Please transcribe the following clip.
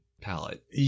palette